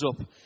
up